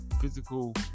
physical